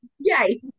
Yay